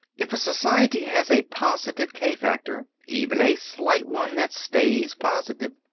if a society has a positive k-factor, even a slight one that stays positive,